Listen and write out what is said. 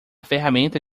ferramenta